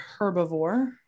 herbivore